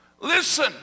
Listen